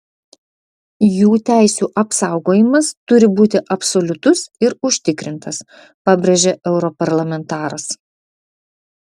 jų teisių apsaugojimas turi būti absoliutus ir užtikrintas pabrėžė europarlamentaras